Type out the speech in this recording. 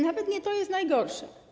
Nawet nie to jest najgorsze.